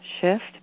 shift